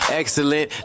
excellent